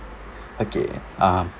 okay um